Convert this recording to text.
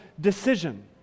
decision